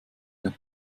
wir